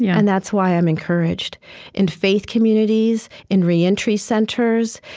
yeah and that's why i'm encouraged in faith communities, in reentry centers,